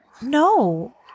No